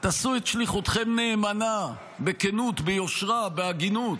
עשו את שליחותכם נאמנה, בכנות, ביושרה, באמינות.